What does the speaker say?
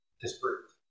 disproved